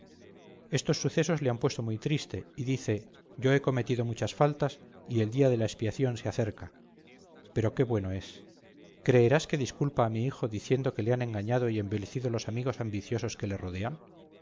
estos sucesos le han puesto muy triste y dice yo he cometido muchas faltas y el día de la expiación se acerca pero qué bueno es creerás que disculpa a mi hijo diciendo que le han engañado y envilecido los amigos ambiciosos que le rodean